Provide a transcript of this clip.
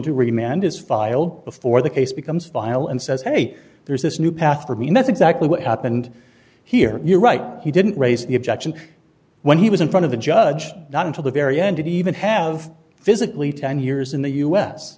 to remand is filed before the case becomes file and says hey there's this new path for me and that's exactly what happened here you're right he didn't raise the objection when he was in front of the judge not until the very end to even have physically ten years in the u